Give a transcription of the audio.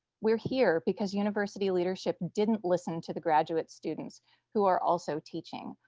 we're here because university leadership didn't listen to the graduate students who are also teaching.